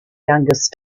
youngest